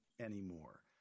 anymore